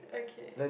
okay